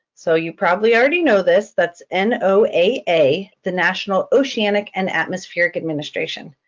so you probably already know this. that's n o a a, the national oceanic and atmospheric administration.